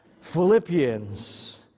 Philippians